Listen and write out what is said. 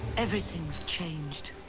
everything's changed.